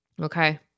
okay